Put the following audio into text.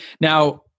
Now